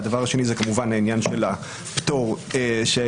והדבר השני זה כמובן העניין של הפטור שעוגן